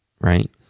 right